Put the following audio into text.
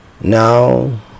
now